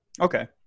Okay